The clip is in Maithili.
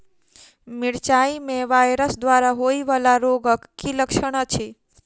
मिरचाई मे वायरस द्वारा होइ वला रोगक की लक्षण अछि?